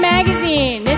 Magazine